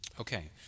Okay